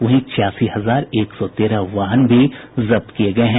वहीं छियासी हजार एक सौ तेरह वाहन भी जब्त किये गये हैं